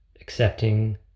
accepting